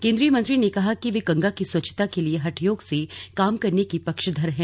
केंद्रीय मंत्री ने कहा कि ये गंगा की स्वच्छता के लिए हठयोग से काम करने की पक्षधर हैं